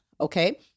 okay